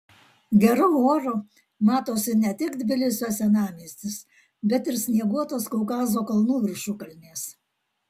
geru oru matosi ne tik tbilisio senamiestis bet ir snieguotos kaukazo kalnų viršukalnės